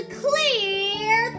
clear